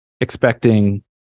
expecting